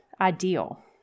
ideal